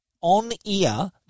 on-ear